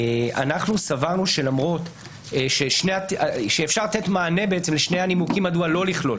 אנחנו סברנו שאפשר לתת מענה לשני הנימוקים מדוע לא לכלול.